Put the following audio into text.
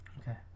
Okay